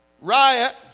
riot